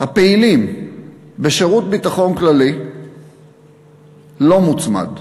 הפעילים בשירות ביטחון כללי לא מוצמד.